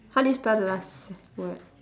how do you spell the last word